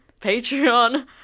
patreon